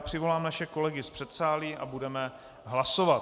Přivolám naše kolegy z předsálí a budeme hlasovat.